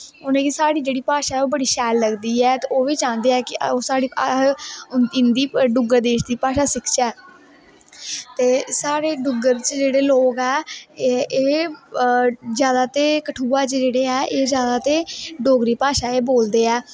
उनेंगी साढ़े जेह्ड़ी भाशा ऐ बड़ी शैल लगदी ऐ ते ओह्बी चांह्दे ऐ कि साढ़ी भाशा इंदी डुग्गर देश दी भाशा सिखचै ते साढ़े डुग्गर च जेह्ड़े लोग ऐ एह् जादा ते कठुआ च जेह्ड़े ऐ एह् जादा ते डोगरी भाशा गै बोलदे ऐ